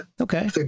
okay